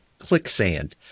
ClickSand